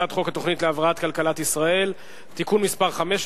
הצעת חוק התוכנית להבראת כלכלת ישראל (תיקוני חקיקה